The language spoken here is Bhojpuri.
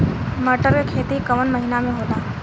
मटर क खेती कवन महिना मे होला?